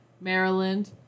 Maryland-